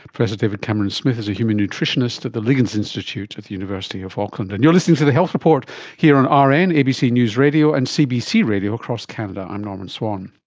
professor david cameron-smith is a human nutritionist at the liggins institute at the university of auckland. and you're listening to the health report here on rn, and abc news radio and cbc radio across canada. i'm norman swan